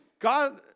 God